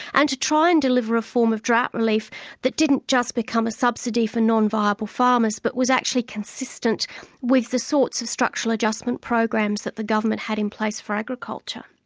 and to try and deliver a form of drought relief that didn't just become a subsidy for non-viable farmers, but was actually consistent with the sorts of structural adjustment programs that the government had in place for agriculture.